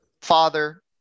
father